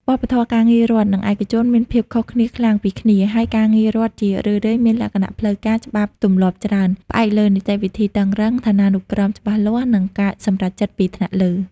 វប្បធម៌ការងាររដ្ឋ និងឯកជនមានភាពខុសគ្នាខ្លាំងពីគ្នា ហើយការងាររដ្ឋជារឿយៗមានលក្ខណៈផ្លូវការ ច្បាប់ទម្លាប់ច្រើន ផ្អែកលើនីតិវិធីតឹងរ៉ឹង ឋានានុក្រមច្បាស់លាស់ និងការសម្រេចចិត្តពីថ្នាក់លើ ។